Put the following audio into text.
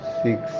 six